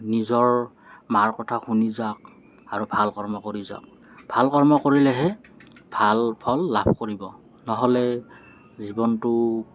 নিজৰ মাৰ কথা শুনি যাওঁক আৰু ভাল কৰ্ম কৰি যাওঁক ভাল কৰ্ম কৰিলেহে ভাল ফল লাভ কৰিব নহ'লে জীৱনটো